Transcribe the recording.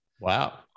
Wow